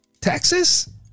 Texas